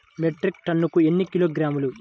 Metric టన్నుకు ఎన్ని కిలోగ్రాములు?